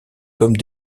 comme